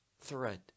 thread